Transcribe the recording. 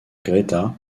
greta